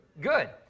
Good